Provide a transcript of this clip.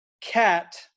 cat